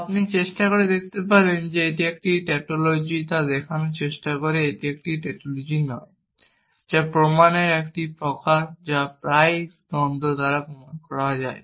বা আপনি চেষ্টা করে দেখাতে পারেন যে এটি একটি টাউটোলজি তা দেখানোর চেষ্টা করে যে এটি একটি টাউটোলজি নয় যা প্রমাণের একটি প্রকার প্রায়ই দ্বন্দ্ব দ্বারা প্রমাণ করা হয়